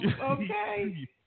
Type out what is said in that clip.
Okay